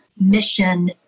mission